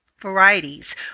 varieties